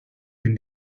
been